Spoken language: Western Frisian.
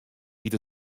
giet